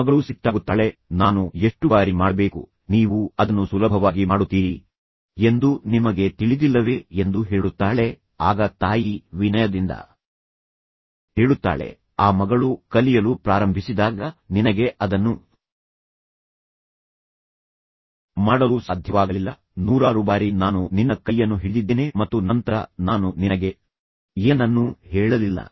ಮಗಳು ಸಿಟ್ಟಾಗುತ್ತಾಳೆ ನಾನು ಎಷ್ಟು ಬಾರಿ ಮಾಡಬೇಕು ನೀವು ಅದನ್ನು ಸುಲಭವಾಗಿ ಮಾಡುತ್ತೀರಿ ಎಂದು ನಿಮಗೆ ತಿಳಿದಿಲ್ಲವೇ ಎಂದು ಹೇಳುತ್ತಾಳೆ ಆಗ ತಾಯಿ ವಿನಯದಿಂದ ಹೇಳುತ್ತಾಳೆ ಆ ಮಗಳು ಕಲಿಯಲು ಪ್ರಾರಂಭಿಸಿದಾಗ ನಿನಗೆ ಅದನ್ನು ಮಾಡಲು ಸಾಧ್ಯವಾಗಲಿಲ್ಲ ನೂರಾರು ಬಾರಿ ನಾನು ನಿನ್ನ ಕೈಯನ್ನು ಹಿಡಿದಿದ್ದೇನೆ ಮತ್ತು ನಂತರ ನಾನು ನಿನಗೆ ಏನನ್ನೂ ಹೇಳಲಿಲ್ಲ